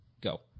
Go